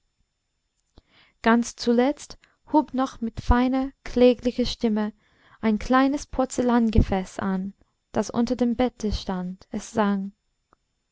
ganz zuletzt hub noch mit feiner kläglicher stimme ein kleines porzellangefäß an das unter dem bette stand es sang